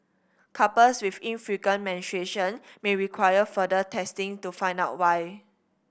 couples with infrequent menstruation may require further testing to find out why